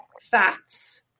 facts